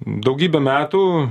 daugybę metų